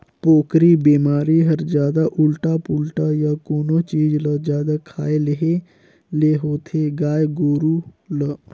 पोकरी बेमारी हर जादा उल्टा पुल्टा य कोनो चीज ल जादा खाए लेहे ले होथे गाय गोरु ल